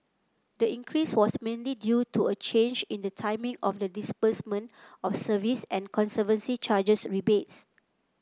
the increase was mainly due to a change in the timing of the disbursement of service and conservancy charges rebates